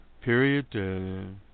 period